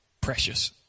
precious